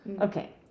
okay